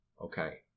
Okay